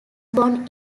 born